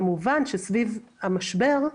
כמובן שסביב המשבר,